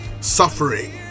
suffering